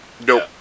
Nope